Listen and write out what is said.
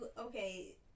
okay